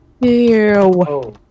Ew